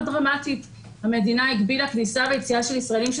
דרמטית המדינה הגבילה כניסה ויציאה של ישראלים,